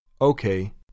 Okay